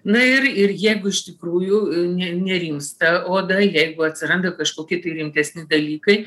na ir ir jeigu iš tikrųjų ne nerimsta oda jeigu atsiranda kažkoki rimtesni dalykai